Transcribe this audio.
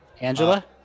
Angela